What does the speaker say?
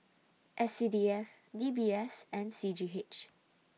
S C D F D B S and C G H